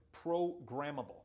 programmable